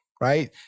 right